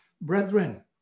brethren